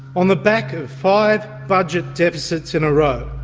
on the back of five budget deficits in a row,